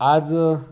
आज